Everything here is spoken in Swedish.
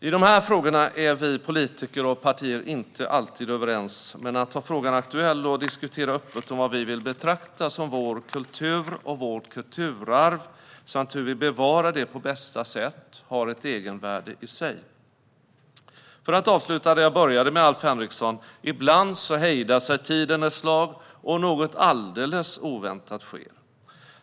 I dessa frågor är vi politiker och partier inte alltid överens, men att ha frågan aktuell och diskutera öppet om vad vi vill betrakta som vår kultur och vårt kulturarv samt hur vi bevarar det på bästa sätt har ett egenvärde i sig. För att avsluta där jag började med Alf Henriksson: "Ibland liksom hejdar sig tiden ett slag, och någonting alldeles oväntat sker."